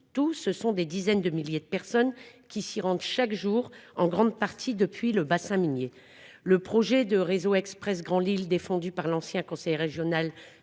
Surtout, des dizaines de milliers de personnes s'y rendent chaque jour, en grande partie depuis le bassin minier. Le projet de Réseau express Grand Lille défendu par l'ancien conseil régional